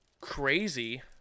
crazy